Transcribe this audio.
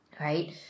Right